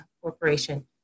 Corporation